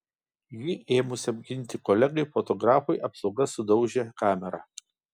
jį ėmusiam ginti kolegai fotografui apsauga sudaužė kamerą